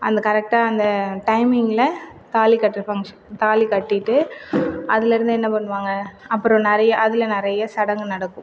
அந்த கரெக்ட்டா அந்த டைமிங்கில் தாலி கட்டுற ஃபங்க்ஷன் தாலி கட்டிவிட்டு அதுலருந்து என்ன பண்ணுவாங்கள் அப்புறம் நிறைய அதில் நிறைய சடங்கு நடக்கும்